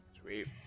Sweet